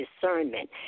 discernment